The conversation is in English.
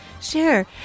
Sure